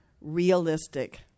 realistic